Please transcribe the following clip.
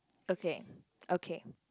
okay okay